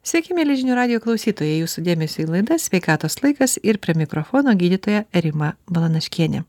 sveiki mieli žinių radijo klausytojai jūsų dėmesiui laida sveikatos laikas ir prie mikrofono gydytoja rima balanaškienė